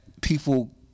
people